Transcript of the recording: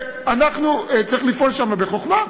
צריך לפעול שם בחוכמה,